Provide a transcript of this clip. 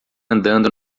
andando